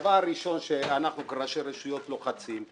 הדבר הראשון שאנחנו כראשי רשויות לוחצים הוא